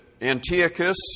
Antiochus